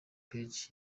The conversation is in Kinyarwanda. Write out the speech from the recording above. page